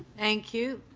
thank you.